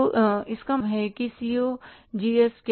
तो इसका मतलब है कि सीओजीएस क्या है